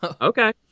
Okay